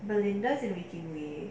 no it's just a meeting day